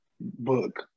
Book